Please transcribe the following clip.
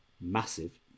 Massive